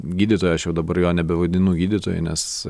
gydytoją aš jau dabar jo nebevadinu gydytoju nes